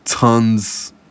Tons